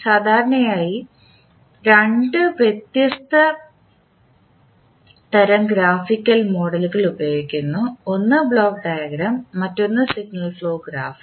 സാധാരണയായി രണ്ട് വ്യത്യസ്ത തരം ഗ്രാഫിക്കൽ മോഡലുകൾ ഉപയോഗിക്കുന്നു ഒന്ന് ബ്ലോക്ക് ഡയഗ്രം മറ്റൊന്ന് സിഗ്നൽ ഫ്ലോ ഗ്രാഫ്